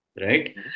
right